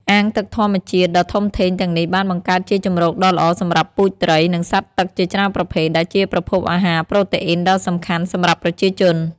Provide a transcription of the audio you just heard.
អាងទឹកធម្មជាតិដ៏ធំធេងទាំងនេះបានបង្កើតជាជម្រកដ៏ល្អសម្រាប់ពូជត្រី និងសត្វទឹកជាច្រើនប្រភេទ ដែលជាប្រភពអាហារប្រូតេអ៊ីនដ៏សំខាន់សម្រាប់ប្រជាជន។